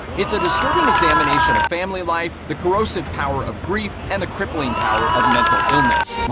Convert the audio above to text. it's a disturbing examination of family life, the corrosive power of grief, and the crippling power of mental illness.